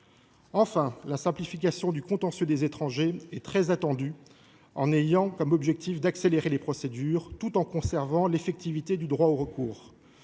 Enfin, la simplification du contentieux des étrangers est très attendue : elle a pour objectif d’accélérer les procédures tout en conservant l’effectivité du droit au recours.